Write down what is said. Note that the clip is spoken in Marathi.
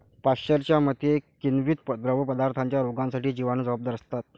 पाश्चरच्या मते, किण्वित द्रवपदार्थांच्या रोगांसाठी जिवाणू जबाबदार असतात